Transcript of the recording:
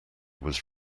was